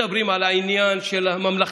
מדברים על העניין של הממלכתיות,